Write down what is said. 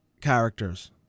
characters